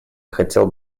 хотел